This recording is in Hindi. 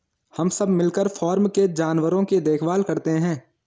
हम सब मिलकर फॉर्म के जानवरों की देखभाल करते हैं